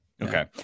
Okay